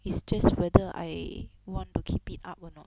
it's just whether I want to keep it up or not